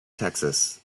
texas